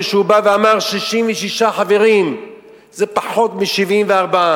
כשהוא בא ואמר: 66 חברים זה פחות מ-74.